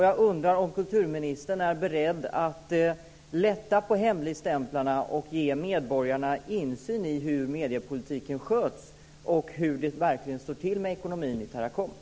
Jag undrar om kulturministern är beredd att lätta på hemligstämplingen och ge medborgarna insyn i hur mediepolitiken sköts och hur det verkligen står till med ekonomin i Teracom.